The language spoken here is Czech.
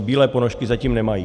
Bílé ponožky zatím nemají.